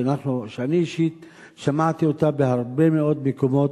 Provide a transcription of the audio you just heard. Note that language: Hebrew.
שאני אישית שמעתי אותה בהרבה מאוד מקומות,